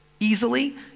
Easily